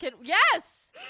Yes